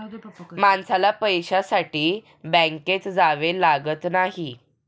माणसाला पैशासाठी बँकेत जावे लागत नाही